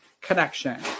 connection